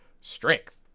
Strength